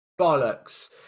bollocks